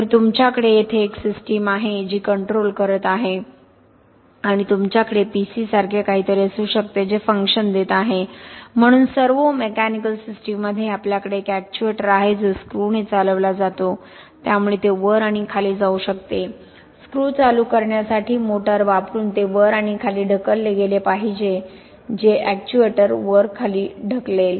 तर तुमच्याकडे येथे एक सिस्टम आहे जी कंट्रोल करत आहे आणि तुमच्याकडे PC सारखे काहीतरी असू शकते जे फंक्शन देत आहे म्हणून सर्वो मेकॅनिकल सिस्टीममध्ये आपल्याकडे एक एक्च्युएटर आहे जो स्क्रूने चालविला जातो त्यामुळे ते वर आणि खाली जाऊ शकते स्क्रू चालू करण्यासाठी मोटर वापरून ते वर आणि खाली ढकलले गेले आहे जे एक्च्युएटर वर खाली ढकलेल